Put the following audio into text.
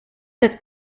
its